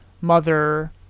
mother